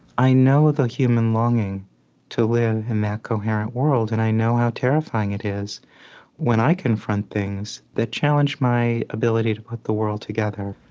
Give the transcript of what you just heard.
i know the human longing to live in that coherent world, and i know how terrifying it is when i confront things that challenge my ability to put the world together